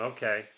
Okay